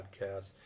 Podcasts